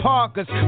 Parkers